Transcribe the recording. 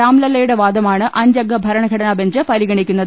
രാംലല്ലയുടെ വാദമാണ് അഞ്ചംഗ ഭരണഘടനാബെഞ്ച് പരിഗണിക്കുന്നത്